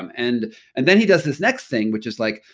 um and and then he does this next thing which is like,